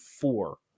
four